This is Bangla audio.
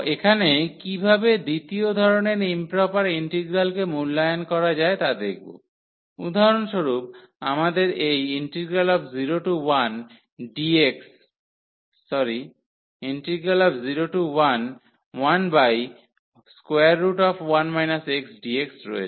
এখানে কীভাবে দ্বিতীয় ধরণের ইম্প্রপার ইন্টিগ্রালকে মূল্যায়ন করা যায় টা দেখব উদাহরণস্বরূপ আমাদের এই 01dx1 x রয়েছে